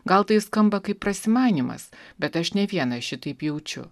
gal tai skamba kaip prasimanymas bet aš ne vieną šitaip jaučiu